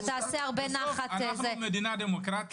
אנחנו מדינה דמוקרטית.